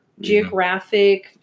geographic